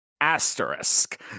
asterisk